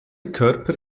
körper